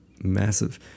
Massive